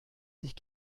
sich